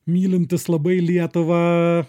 mylintis labai lietuvą